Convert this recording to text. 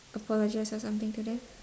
apologise or something to them